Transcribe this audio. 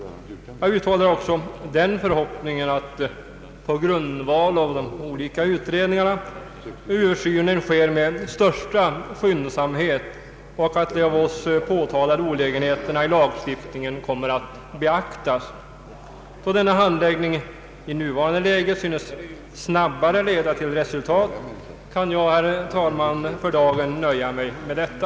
Jag uttalar också den förhoppningen att på grundval av de olika utredningarna en Översyn sker med största skyndsamhet och att de av oss påtalade olägenheterna i lagstiftningen därvid beaktas. Då denna handläggning i nuvarande läge synes snabbare leda till resultat, kan jag, herr talman, för dagen nöja mig med detta.